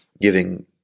giving